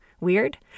Weird